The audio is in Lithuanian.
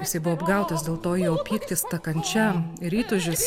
jisai buvo apgautas dėl to jo pyktis ta kančia ir įtūžis